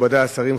מכובדי השרים,